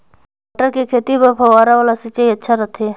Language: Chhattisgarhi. मटर के खेती बर फव्वारा वाला सिंचाई अच्छा रथे?